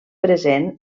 present